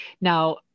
Now